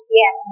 yes